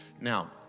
now